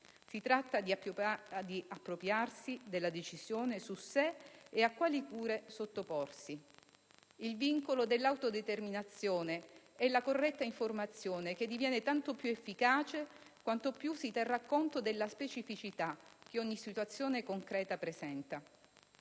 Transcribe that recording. Si tratta di appropriarsi della decisione su "se e a quali cure sottoporsi". Il vincolo dell'autodeterminazione è la corretta informazione che diviene tanto più efficace quanto più si terrà conto delle specificità che ogni situazione concreta presenta.